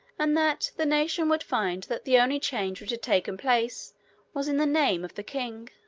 and that the nation would find that the only change which had taken place was in the name of the king.